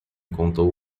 contou